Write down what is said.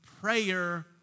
prayer